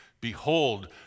Behold